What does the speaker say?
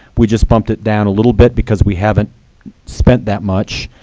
we just bumped it down a little bit, because we haven't spent that much.